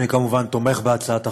אני כמובן תומך בהצעת החוק,